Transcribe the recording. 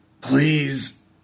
Please